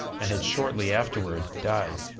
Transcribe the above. and had shortly afterward died.